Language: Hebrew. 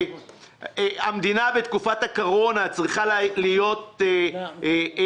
המדינה בתקופת הקורונה צריכה להיות ערה